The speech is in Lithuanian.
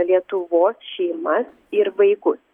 lietuvos šeimas ir vaikus